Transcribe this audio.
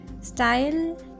Style